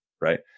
right